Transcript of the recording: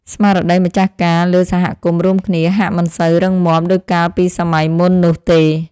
ស្មារតីម្ចាស់ការលើសហគមន៍រួមគ្នាហាក់មិនសូវរឹងមាំដូចកាលពីសម័យមុននោះទេ។